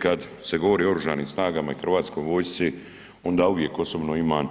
Kad se govori o Oružanim snagama i Hrvatskoj vojsci onda uvijek osobno imam